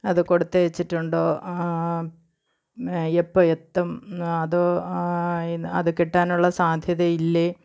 അത് കൊടുത്ത് അയച്ചിട്ടുണ്ടോ എപ്പോൾ എത്തും അത് അത് കിട്ടാനുള്ള സാധ്യത ഇല്ലേ